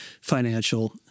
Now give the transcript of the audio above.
financial